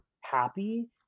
happy